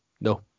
No